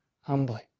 humbly